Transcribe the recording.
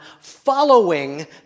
following